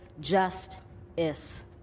just-is